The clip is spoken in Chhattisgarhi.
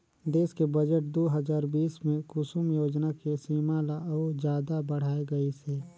देस के बजट दू हजार बीस मे कुसुम योजना के सीमा ल अउ जादा बढाए गइसे